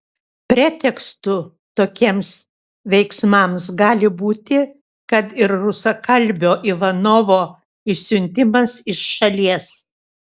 pretekstu tokiems veiksmams gali būti kad ir rusakalbio ivanovo išsiuntimas iš šalies